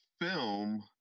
film